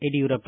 Yediyurappa